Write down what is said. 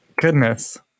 goodness